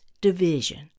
division